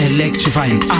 Electrifying